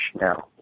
now